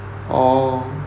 orh